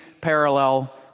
parallel